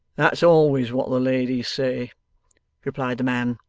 that's always what the ladies say replied the man,